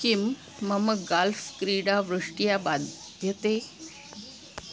किं मम गाल्फ़् क्रीडा वृष्ट्या बाध्यते